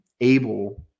able